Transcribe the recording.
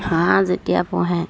হাঁহ যেতিয়া পোহে